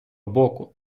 боку